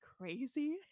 crazy